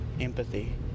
empathy